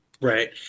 Right